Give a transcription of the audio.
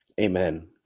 Amen